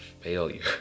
failure